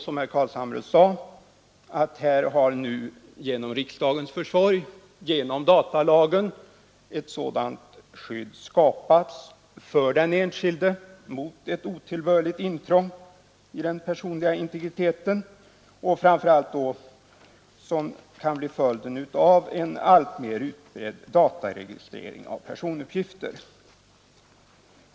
Herr Carlshamre medgav att här har nu genom den av riksdagen beslutade datalagen ett sådant skydd skapats för den enskilde mot ett otillbörligt intrång i den personliga integriteten som framför allt kan bli följden av en alltmer utbredd dataregistrering av personuppgifter.